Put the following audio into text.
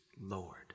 Lord